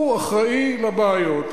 הוא אחראי לבעיות,